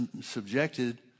subjected